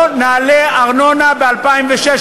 לא נעלה ארנונה ב-2016,